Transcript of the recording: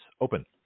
open